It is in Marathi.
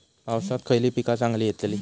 पावसात खयली पीका चांगली येतली?